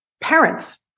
parents